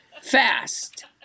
fast